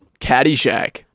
Caddyshack